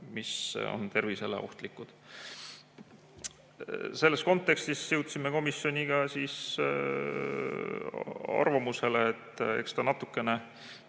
mis on tervisele ohtlikud. Selles kontekstis jõudsime komisjoniga arvamusele, et eks ta natukene